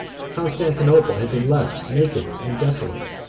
constantinople had been left naked and desolate,